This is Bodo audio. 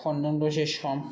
फनजों दसे सम